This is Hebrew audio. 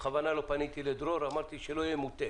בכוונה לא פניתי לדרור כי לא רציתי להיות מוטה